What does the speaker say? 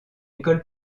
école